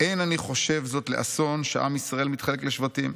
"אין אני חושב זאת לאסון שעם ישראל מתחלק לשבטים.